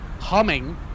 humming